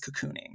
cocooning